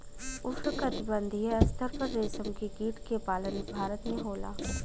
उष्णकटिबंधीय स्तर पर रेशम के कीट के पालन भारत में होला